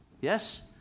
Yes